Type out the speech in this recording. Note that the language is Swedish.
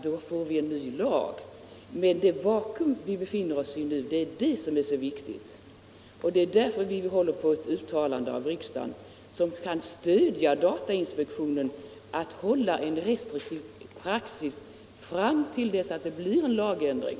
Vi har med vår reservation velat täcka in det vakuum som finns nu. Det är därför vi håller på att riksdagen bör göra ett uttalande som kan stödja datainspektionen när det gäller att iaktta en restriktiv praxis fram till dess att det blir en lagändring.